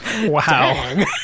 Wow